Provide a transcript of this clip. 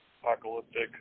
apocalyptic